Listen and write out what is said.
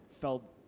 felt